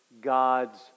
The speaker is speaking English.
God's